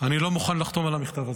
אני לא מוכן לחתום על המכתב הזה.